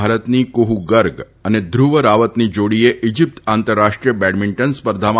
ભારતની કુહૂ ગર્ગ અને ધુવ રાવતની જોડીએ ઈજિપ્ત આંતરરાષ્ટ્રીય બેડમિન્ટન સ્પર્ધામાં